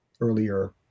earlier